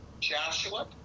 Joshua